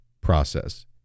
process